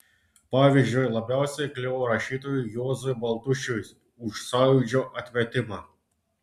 pavyzdžiui labiausiai kliuvo rašytojui juozui baltušiui už sąjūdžio atmetimą